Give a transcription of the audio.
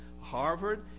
Harvard